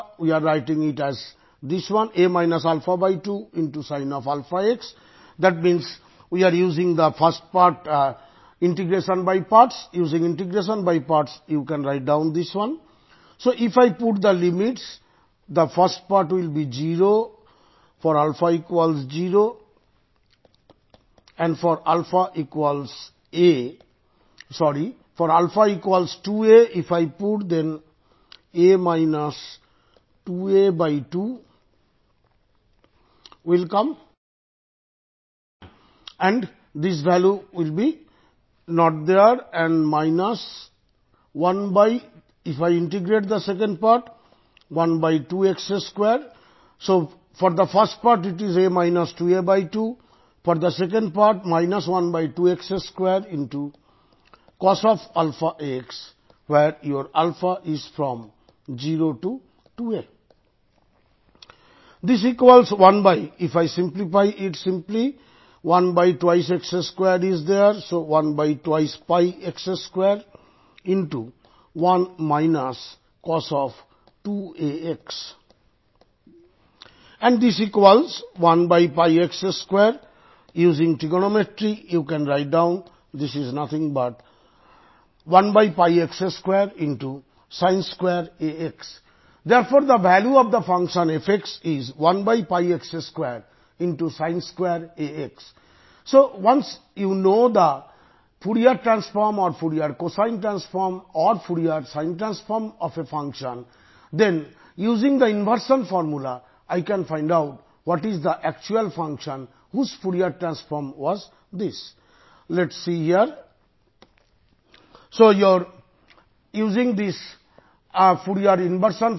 fx1a 2αx x α02a12x02asin αx dα முதல் பகுதிக்கு நாம் லிமிட் செய்தால் நமக்கு கிடைப்பது fx1 12x2cos αx α02a12πx21 cos 2ax ax x2 எனவே நமக்கு ஃபோரியர் டிரான்ஸ்ஃபார்ம் கண்டறிய முடியும் என்று சொல்லலாம்